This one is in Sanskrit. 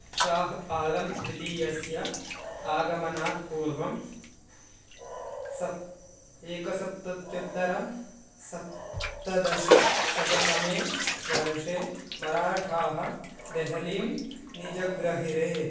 शाह् आलं द्वितीयस्य आगमनात् पूर्वं सप् एकसप्तत्युत्तरसप्तदशशततमे वर्षे मराठाः देहलीं निजग्रहिरे